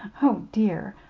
oh, dear,